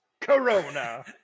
Corona